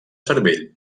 cervell